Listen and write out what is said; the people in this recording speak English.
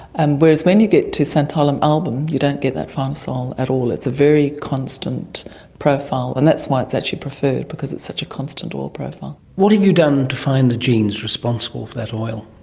and whereas when you get to santalum album you don't get that farnesyl at all, it's a very constant profile, and that's why it's actually preferred because it's such a constant oil profile. what have you done to find the genes responsible for that oil?